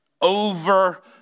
over